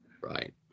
Right